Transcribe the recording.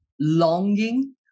longing